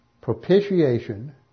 propitiation